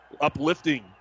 uplifting